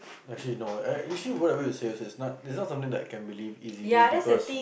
actually no actually what are we serious serious not it's not something that I can believe easily because